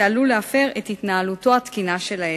שעלול להפר את התנהלותו התקינה של העסק.